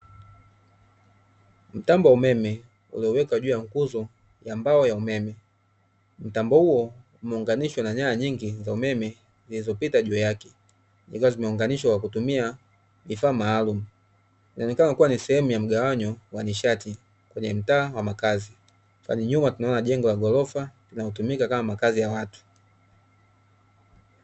Mtambo wa umeme, uliowekwa juu ya nguzo ya mbao ya umeme. Mtambo huo umeungainshwa na nyaya nyingi za umeme zilizopita juu yake ikiwa zimeunganishwa kwa kutumia vifaa maalum. Inaonekana kuwa ni sehemu ya mgawanyo wa nishati kwenye mtaa wa makazi, kwa nyuma tunaona jengo la ghorofa linalotumika kama makazi ya watu.